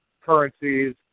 currencies